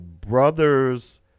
brother's